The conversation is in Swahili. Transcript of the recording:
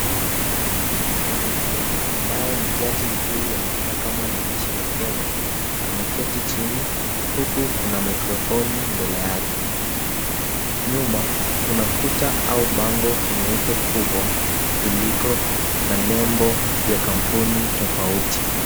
Mwanamke ambaye ni jaji mkuu wa mahakama ya nchi ya Kenya ameketi chini huku kuna maikrofoni mbele yake. Nyuma kuna kuta au bango nyeupe kubwa liliko na nembo ya kampuni tofauti.